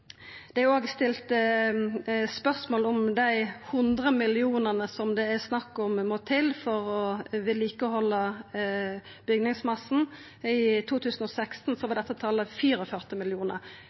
Det er òg stilt spørsmål om dei hundre millionane som det er snakk om må til for å halda bygningsmassen ved like. I 2016 var dette